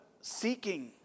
seeking